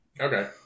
Okay